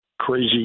crazy